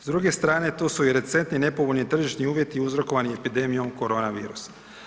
S druge strane, tu su i recentni nepovoljni tržišni uvjeti uzrokovani epidemijom koronavirusa.